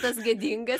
tas gėdingas